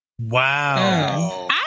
Wow